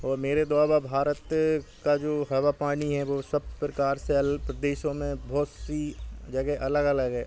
और मेरे द्वारा भारत की जो हवा पानी है वे सब प्रकार से अल्प देशों में बहुत सी जगह अलग अलग है